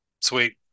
sweet